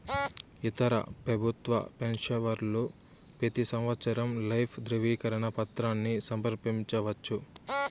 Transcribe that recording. ఇతర పెబుత్వ పెన్సవర్లు పెతీ సంవత్సరం లైఫ్ దృవీకరన పత్రాని సమర్పించవచ్చు